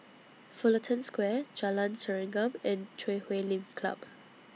Fullerton Square Jalan Serengam and Chui Huay Lim Club